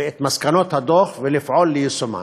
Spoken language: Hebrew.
ואת מסקנות הדוח, ולפעול ליישומן.